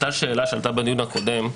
עלתה שאלה בדיון הקודם,